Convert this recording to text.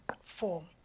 form